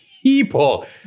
People